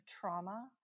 trauma